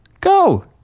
go